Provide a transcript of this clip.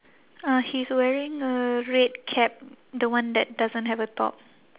uh he's wearing a red cap the one that doesn't have a top